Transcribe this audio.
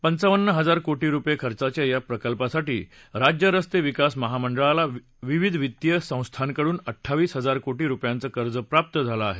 पंचावन्न हजार कोटी रुपये खर्चाच्या या प्रकल्पासाठी राज्य रस्ते विकास महामंडळाला विविध वित्तीय संस्थांकडून अड्डावीस हजार कोटी रुपयांचं कर्ज प्राप्त झालं आहे